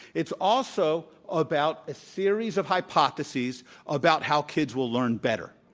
it's also about theories of hypotheses about how kids will learn better.